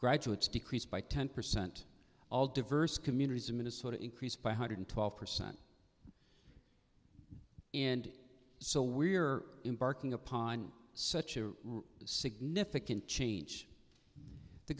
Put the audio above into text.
graduates decreased by ten percent all diverse communities in minnesota increased by a hundred twelve percent and so we're embarking upon such a significant change